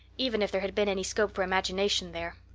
even if there had been any scope for imagination there.